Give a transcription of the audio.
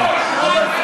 לא, לא, לא.